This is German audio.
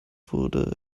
wurde